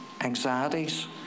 anxieties